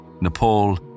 Nepal